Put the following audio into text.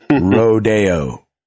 Rodeo